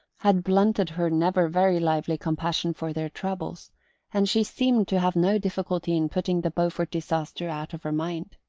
had blunted her never very lively compassion for their troubles and she seemed to have no difficulty in putting the beaufort disaster out of her mind.